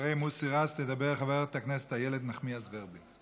אחרי מוסי רז תדבר חברת הכנסת איילת נחמיאס ורבין.